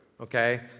Okay